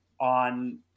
on